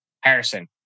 Harrison